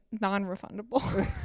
non-refundable